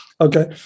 Okay